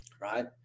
right